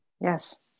Yes